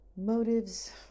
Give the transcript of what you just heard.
Motives